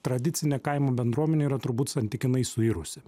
tradicinė kaimo bendruomenė yra turbūt santykinai suirusi